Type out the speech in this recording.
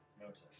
notice